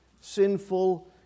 sinful